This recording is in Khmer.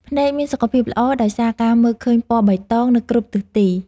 ភ្នែកមានសុខភាពល្អដោយសារការមើលឃើញពណ៌បៃតងនៅគ្រប់ទិសទី។